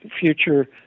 future